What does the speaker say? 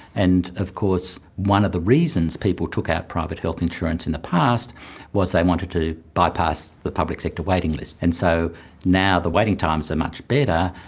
and of course one of the reasons people took out private health insurance in the past was they wanted to bypass the public sector waiting list. and so now the waiting times are much better,